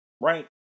right